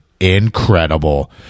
incredible